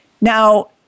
Now